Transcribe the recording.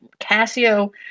Casio